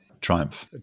triumph